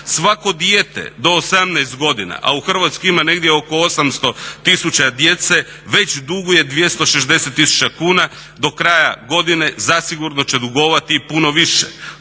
Svako dijete do 18 godina, a u Hrvatskoj ima negdje oko 800 tisuća djece, već duguje 260 tisuća kuna, do kraja godine zasigurno će dugovati i puno više.